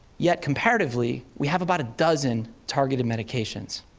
yet comparatively, we have about a dozen targeted medications.